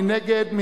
מי נגד?